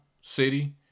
city